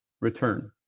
return